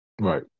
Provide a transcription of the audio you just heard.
Right